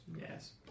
Yes